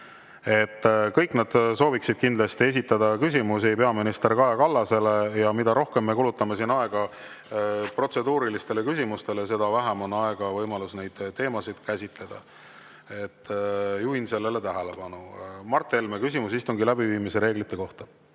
Kõik nad sooviksid kindlasti esitada küsimusi peaminister Kaja Kallasele. Mida rohkem me kulutame aega protseduurilistele küsimustele, seda vähem on aega ja võimalust neid teemasid käsitleda. Juhin sellele tähelepanu. Mart Helme, küsimus istungi läbiviimise reeglite kohta.